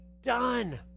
done